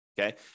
Okay